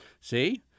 see